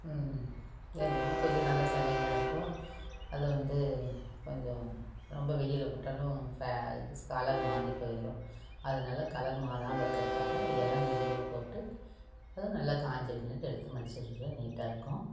ஏன் தெரியுமா கொஞ்சம் நல்ல சேலைகளாக இருக்கும் அதை வந்து கொஞ்சம் ரொம்ப வெயில்ல போட்டாலும் ஃபே இது ஸ் கலர் மாறி போயிடும் அதனால கலர் மாறாமல் இருக்கறதுக்காக இளம் வெயில்ல போட்டு அது நல்லா காஞ்ச பின்னாடி எடுத்து மடித்து நீட்டாக இருக்கும்